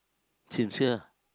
sincere